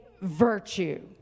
virtue